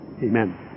Amen